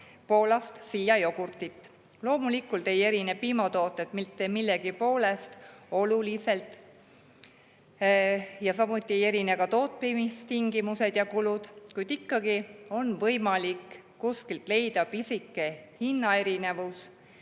Poolast siia jogurtit. Loomulikult ei erine piimatooted mitte millegi poolest oluliselt ja samuti ei erine ka tootmistingimused ja kulud, kuid ikkagi on võimalik kuskilt leida pisike hinnaerinevus